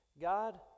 god